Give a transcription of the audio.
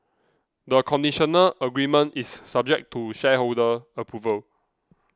the conditional agreement is subject to shareholder approval